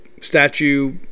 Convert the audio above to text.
statue